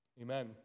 Amen